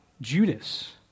Judas